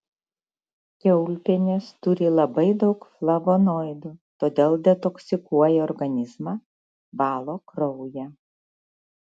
kiaulpienės turi labai daug flavonoidų todėl detoksikuoja organizmą valo kraują